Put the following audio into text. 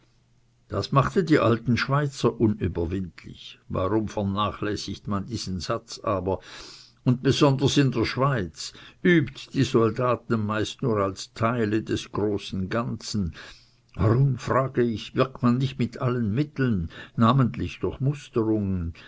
das machte die alten schweizer unüberwindlich warum vernachlässigt man diesen satz aber und besonders in der schweiz übt die soldaten meist nur als teile des großen ganzen warum frage ich wirkt man nicht mit allen mitteln namentlich durch musterungen